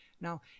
Now